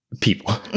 People